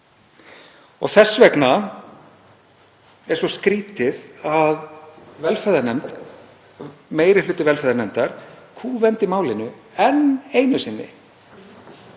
Þess vegna er svo skrýtið að meiri hluti velferðarnefndar kúvendi málinu enn einu sinni.